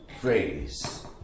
phrase